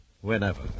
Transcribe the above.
Whenever